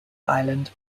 island